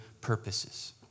purposes